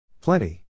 Plenty